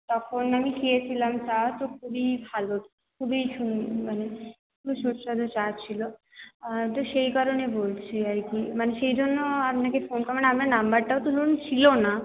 তখন আমি খেয়েছিলাম চা তো খুবই ভালো খুবই সুন্দর মানে খুবই সুস্বাদু চা ছিল তো সেই কারণে বলছি আর কি মানে সেই জন্য আপনাকে ফোন করা মানে কারণ আপনার নম্বরটাও ধরুন ছিল না